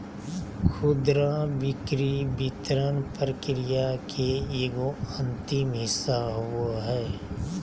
खुदरा बिक्री वितरण प्रक्रिया के एगो अंतिम हिस्सा होबो हइ